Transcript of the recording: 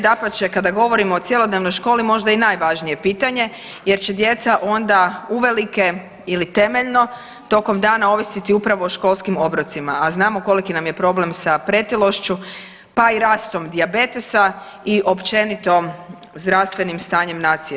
Dapače kada govorimo o cjelodnevnoj školi možda i najvažnije pitanje jer će djeca onda uvelike ili temeljno tokom dana ovisiti upravo o školskim obrocima, a znamo koliki nam je problem sa pretilošću, pa i rastom dijabetesa i općenito zdravstvenim stanjem nacije.